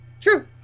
True